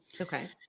Okay